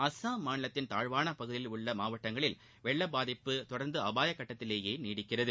அஸ்ஸாம் மாநிலத்தின் தாழ்வான பகுதிகளில் உள்ள மாவட்டங்களில் வெள்ள பாதிப்பு தொடர்ந்து அபாய கட்டத்திலேயே நீடிக்கிறது